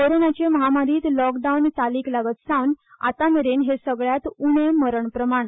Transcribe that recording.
कोरोनाचे म्हामारींत लॉकडावन चालीक लागत सावन आतांमेरेन हें सगल्यांत उणें मरण प्रमाण